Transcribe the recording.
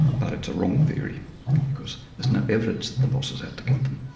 but it's a wrong theory because there's no evidence that the boss is out to get them.